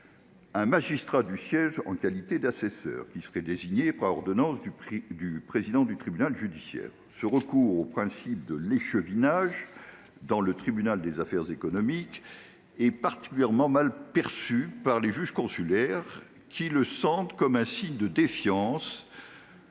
un magistrat du siège en qualité d'assesseur, qui serait désigné par ordonnance du président du tribunal judiciaire. Ce recours au principe de l'échevinage dans le tribunal des activités économiques est particulièrement mal perçu par les juges consulaires, qui y voient un signe de défiance,